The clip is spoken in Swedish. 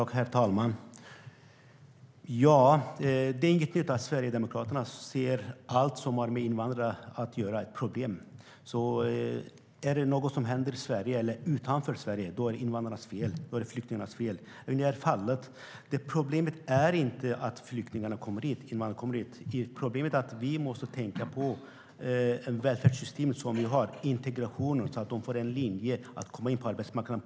Herr talman! Det är inget nytt att Sverigedemokraterna ser allt som har med invandrare att göra som ett problem. Är det något som händer i eller utanför Sverige är det invandrarnas och flyktingarnas fel. Problemet är inte att flyktingar och invandrare kommer hit. Problemet är att vi måste tänka på vårt välfärdssystem och integrationen så att de får en linje för att lättare komma in på arbetsmarknaden.